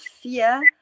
fear